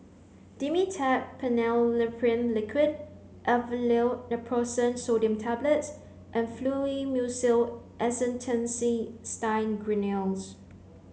Dimetapp Phenylephrine Liquid Aleve Naproxen Sodium Tablets and Fluimucil Acetylcysteine Granules